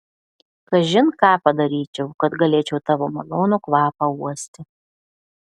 kažin ką padaryčiau kad galėčiau tavo malonų kvapą uosti